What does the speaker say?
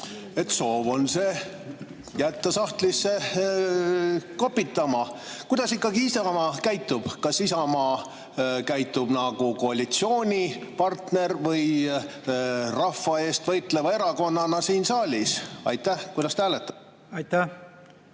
soov on jätta see eelnõu sahtlisse kopitama. Kuidas ikkagi Isamaa käitub? Kas Isamaa käitub nagu koalitsioonipartner või rahva eest võitlev erakond siin saalis? Kuidas te hääletate? Aitäh!